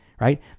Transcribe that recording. right